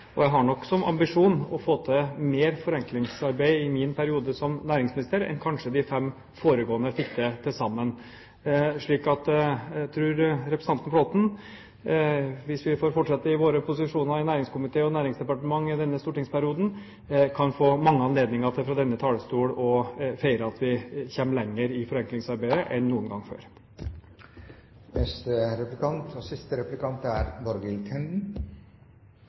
og jeg har nok som ambisjon å få til mer forenklingsarbeid i min periode som næringsminister enn kanskje de fem foregående fikk til til sammen. Så jeg tror at representanten Flåtten og jeg – hvis vi får fortsette i våre posisjoner i næringskomité og næringsdepartement i denne stortingsperioden – kan få mange anledninger til fra denne talerstol å feire at vi kommer lenger i forenklingsarbeidet enn noen gang før.